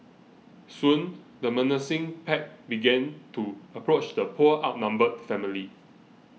soon the menacing pack began to approach the poor outnumbered family